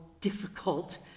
difficult